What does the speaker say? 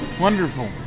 Wonderful